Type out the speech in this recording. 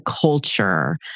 culture